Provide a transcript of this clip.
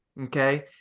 Okay